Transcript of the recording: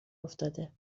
افتاده